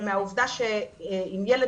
ומהעובדה שאם ילד